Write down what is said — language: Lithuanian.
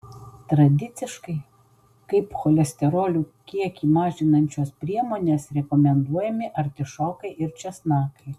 tradiciškai kaip cholesterolio kiekį mažinančios priemonės rekomenduojami artišokai ir česnakai